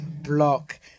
block